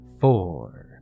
four